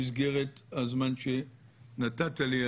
במסגרת הזמן שנתת לי,